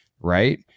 right